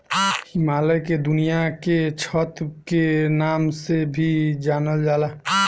हिमालय के दुनिया के छत के नाम से भी जानल जाला